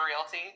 Realty